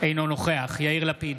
אינו נוכח יאיר לפיד,